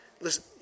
Listen